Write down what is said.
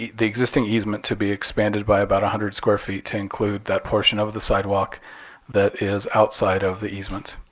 the the existing easement to be expanded by about one hundred square feet to include that portion of the sidewalk that is outside of the easement.